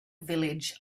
village